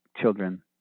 children